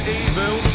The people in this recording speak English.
evil